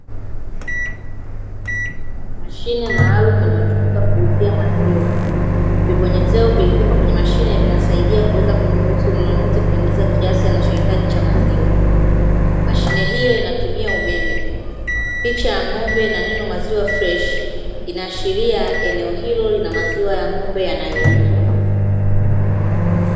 Mashine maalumu inayotumika kuuzia maziwa, vibonyezeo vilivyopo kwenye mashine vinasaidia kuweza kumruhusu mnunuzi kubonyeza kuingiza kiasi anachohitaji cha maziwa. Mashine hiyo inatumia umeme, picha ya ng'ombe na neno maziwa freshi inaashiria eneo hilo lina maziwa ya ng'ombe yanayouzwa.